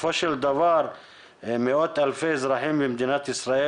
בסופו של דבר מאות אלפי אזרחים במדינת ישראל